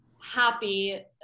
happy